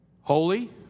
holy